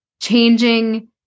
changing